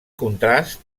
contrast